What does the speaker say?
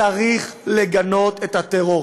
צריך לגנות את הטרור,